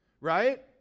right